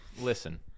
Listen